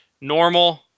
normal